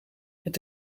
het